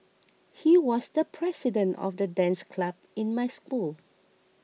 he was the president of the dance club in my school